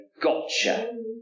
gotcha